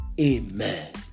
amen